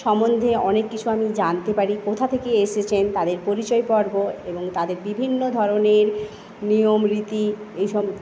সম্বন্ধে অনেক কিছু আমি জানতে পারি কোথা থেকে এসেছেন তাদের পরিচয়পর্ব এবং তাদের বিভিন্ন ধরণের নিয়ম রীতি এইসব